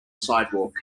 sidewalk